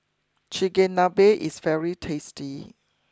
Chigenabe is very tasty